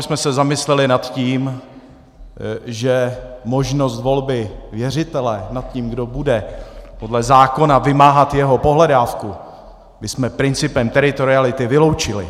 Jenom abychom se zamysleli nad tím, že možnost volby věřitele nad tím, kdo bude podle zákona vymáhat jeho pohledávku, bychom principem teritoriality vyloučili.